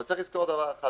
אבל צריך לזכור דבר אחד.